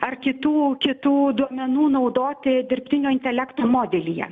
ar kitų kitų duomenų naudoti dirbtinio intelekto modelyje